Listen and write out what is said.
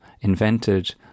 invented